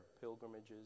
pilgrimages